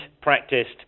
practiced